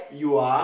you are